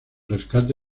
rescate